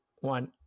one